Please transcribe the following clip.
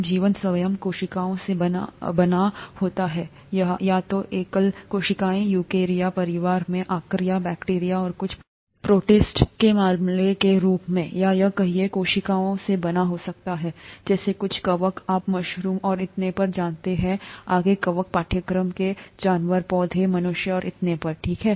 तब जीवन स्वयं कोशिकाओं से बना होता है या तो एकल कोशिकाएं यूकेरियारा परिवार में आर्किया बैक्टीरिया और कुछ प्रोटिस्ट के मामले के रूप में या यह कई कोशिकाओं से बना हो सकता है जैसे कुछ कवक आप मशरूम और इतने पर जानते हैं आगे कवक पाठ्यक्रम के जानवर पौधे मनुष्य और इतने पर ठीक है